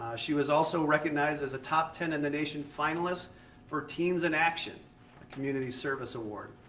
she was also recognized as a top ten in the nation finalist for teens in action community service award.